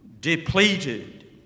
depleted